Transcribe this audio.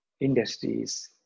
industries